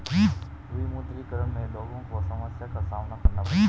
विमुद्रीकरण में लोगो को समस्या का सामना करना पड़ता है